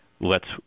Lets